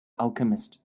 alchemist